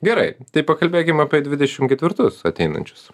gerai tai pakalbėkim apie dvidešimt ketvirtus ateinančius